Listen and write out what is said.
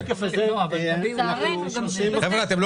יש גם